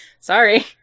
Sorry